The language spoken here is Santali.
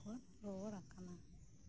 ᱨᱚᱦᱚᱨ ᱟᱠᱟᱱᱟ